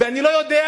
ואני לא יודע,